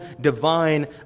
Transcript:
divine